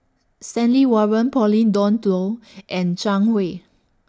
Stanley Warren Pauline Dawn Loh and Zhang Hui